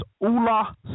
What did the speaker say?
Ola